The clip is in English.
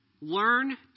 Learn